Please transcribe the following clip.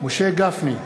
משה גפני,